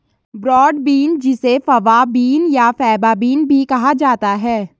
broad bean जिसे fava bean या faba bean भी कहा जाता है